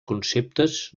conceptes